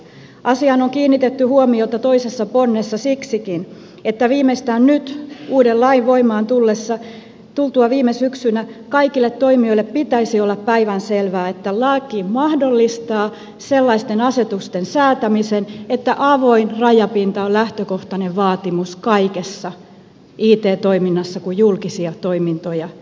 asiaan on kiinnitetty huomiota toisessa ponnessa siksikin että viimeistään nyt uuden lain voimaan tultua viime syksynä kaikille toimijoille pitäisi olla päivänselvää että laki mahdollistaa sellaisten asetusten säätämisen että avoin rajapinta on lähtökohtainen vaatimus kaikessa it toiminnassa kun julkisia toimintoja tehdään